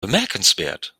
bemerkenswert